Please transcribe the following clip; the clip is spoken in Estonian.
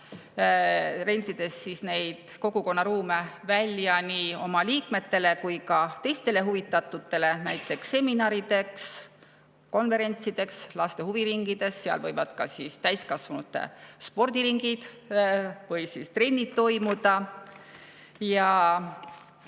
rentides kogukonnaruume välja nii oma liikmetele kui ka teistele huvitatutele, näiteks seminarideks, konverentsideks, laste huviringideks. Seal võivad ka täiskasvanute spordiringid või siis trennid toimuda.